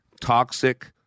toxic